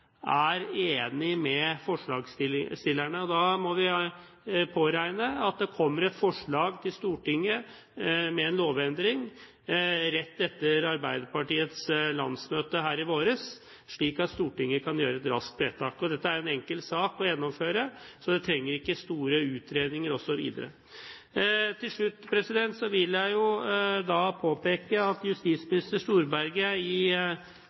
er enig med forslagsstillerne. Da må vi påregne at det kommer et forslag til Stortinget med en lovendring rett etter Arbeiderpartiets landsmøte i vår, slik at Stortinget kan gjøre et raskt vedtak. Dette er en enkel sak å gjennomføre, så det trengs ikke store utredninger osv. Til slutt vil jeg påpeke at justisminister Storberget i